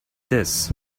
this